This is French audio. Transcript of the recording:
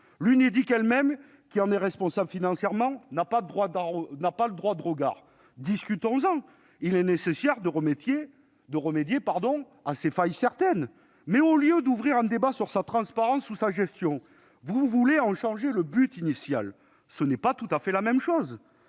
L'Unédic elle-même, qui en est responsable financièrement, n'a pas de droit de regard sur elle. Discutons-en ! Il est nécessaire de remédier à ces failles, qui sont certaines. Mais au lieu d'ouvrir un débat sur sa transparence ou sa gestion, vous voulez en changer le but initial et ce n'est pas tout à fait la même chose